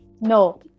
No